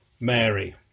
Mary